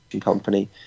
company